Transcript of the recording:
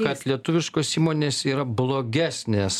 kad lietuviškos įmonės yra blogesnės